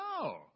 No